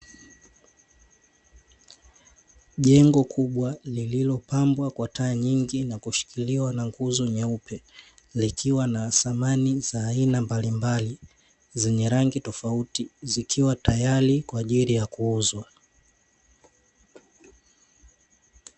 Jengo kubwa lilopambwa kwa taa nyingi na kushikiliwa na nguzo nyeupe, likiwa na samani za aina mbalimbali zenye rangi tofauti, zikiwa tayari kwa ajili ya kuuzwa.